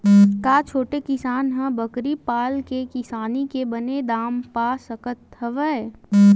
का छोटे किसान ह बकरी पाल के किसानी के बने दाम पा सकत हवय?